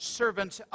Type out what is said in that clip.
servants